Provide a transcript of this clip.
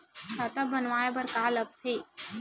खाता बनवाय बर का का लगथे?